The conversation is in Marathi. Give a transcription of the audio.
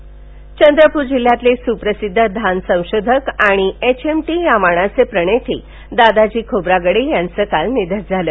निधन चंद्रपूर जिल्ह्यातील सुप्रसिद्ध धान संशोधक तथा एचएमटी या वाणाचे प्रणेते दादाजी खोब्रागडे यांचं काल निधन झालं